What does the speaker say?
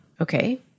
Okay